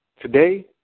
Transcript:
Today